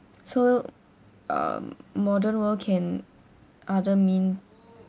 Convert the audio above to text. so um modern world can other mean